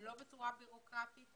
לא בצורה ביורוקרטית